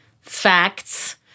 facts